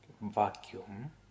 vacuum